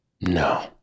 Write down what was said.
No